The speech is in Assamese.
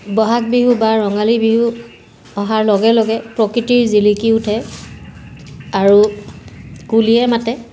বহাগ বিহু বা ৰঙালী বিহু অহাৰ লগে লগে প্ৰকৃতিৰ জিলিকি উঠে আৰু কুলিয়ে মাতে